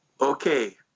Okay